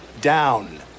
down